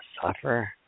suffer